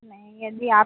नहीं यदि आप